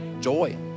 Joy